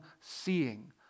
seeing